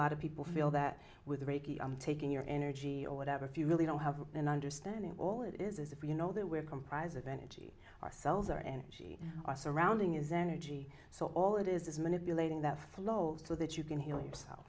lot of people feel that with reiki i'm taking your energy or whatever if you really don't have an understanding at all it is as if you know that we're comprised of energy ourselves our energy our surrounding is energy so all it is is manipulating that flow so that you can heal yourself